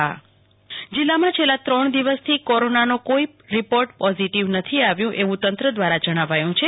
કલ્પના Shah corona Kutch જીલ્લો જીલ્લામાં છેલ્લા ત્રણ દિવસથી કોરોનાના કોઈ રીપોર્ટ પોઝીટીવ નથી આવ્યા એવું તંત્ર દ્વારા જણાવ્યું છે